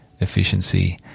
efficiency